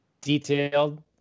detailed